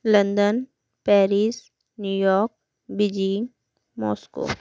London Paris New York Beijing Moscow